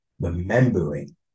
remembering